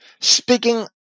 Speaking